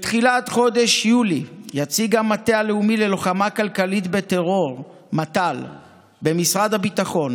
בתחילת חודש יולי יציג המטה הלאומי ללוחמה כלכלית בטרור במשרד הביטחון,